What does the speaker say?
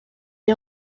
est